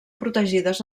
protegides